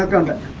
and